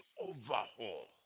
overhaul